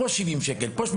פה 80 שקלים,